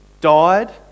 died